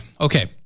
Okay